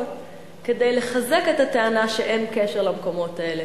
כדי לחזק את הטענה שאין קשר למקומות האלה.